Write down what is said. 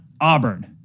auburn